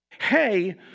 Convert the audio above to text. hey